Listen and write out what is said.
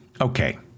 Okay